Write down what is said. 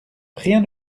rien